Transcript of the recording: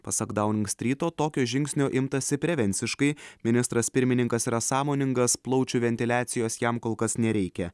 pasak dauningstryto tokio žingsnio imtasi prevenciškai ministras pirmininkas yra sąmoningas plaučių ventiliacijos jam kol kas nereikia